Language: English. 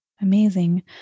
amazing